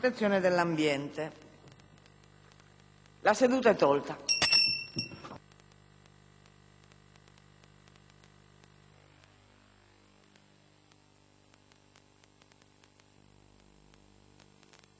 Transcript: La seduta è tolta